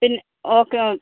പിന്നെ ഓക്കെ